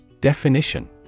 Definition